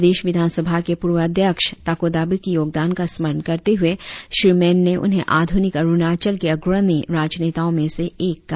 प्रदेश विधान सभा के पूर्व अध्यक्ष ताको दाबी की योगदान का स्मरण करते हुए श्री मैन ने उन्हें आध्रनिक अरुणाचल के आग्रणी राजनेताओं में से एक कहा